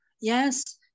yes